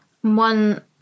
One